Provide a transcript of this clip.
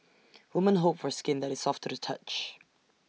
women hope for skin that is soft to the touch